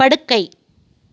படுக்கை